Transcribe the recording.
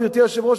גברתי היושבת-ראש,